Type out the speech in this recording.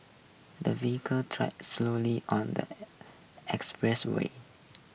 the travelled slowly on the expressway